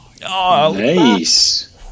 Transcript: nice